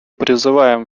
призываем